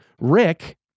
Rick